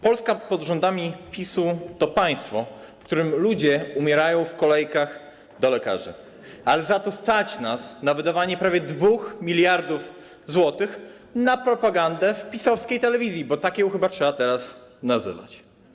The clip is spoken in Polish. Polska pod rządami PiS-u to państwo, w którym ludzie umierają w kolejkach do lekarzy, ale za to stać nas na wydawanie prawie 2 mld zł na propagandę w PiS-owskiej telewizji, bo tak ją chyba trzeba teraz nazywać.